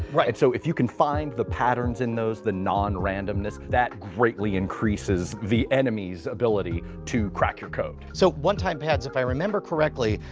right. so if you can find the patterns in those, the non-randomness, that greatly increases the enemy's ability to crack your code. so one time pads, if i remember correctly,